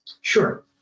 Sure